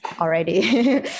already